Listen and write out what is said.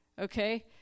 Okay